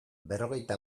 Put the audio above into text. berrogeita